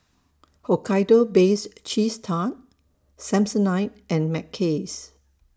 Hokkaido Bakes Cheese Tart Samsonite and Mackays